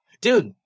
Dude